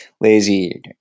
lazy